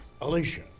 Alicia